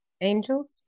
Angels